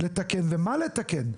ומה לתקן?